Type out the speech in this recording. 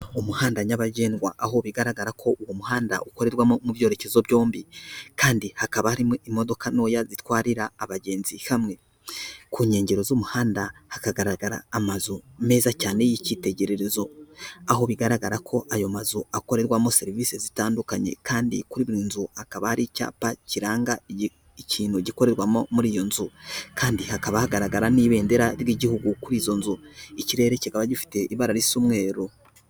Umuhanda nyabagendwa aho bigaragara ko uwo muhanda ukorerwamo mu byerekezo byombi kandi hakaba harimo imodoka ntoya zitwarira abagenzi hamwe, ku nkengero z'umuhanda hakagaragara amazu meza cyane y'icyitegererezo, aho bigaragara ko ayo mazu akorerwamo serivisi zitandukanye kandi kuri buri nzu hakaba hari icyapa kiranga ikintu gikorerwamo muri iyo nzu kandi hakaba hagaragara n'ibendera ry'igihugu kuri izo nzu. Ikirere kikaba gifite ibara ry'umweru.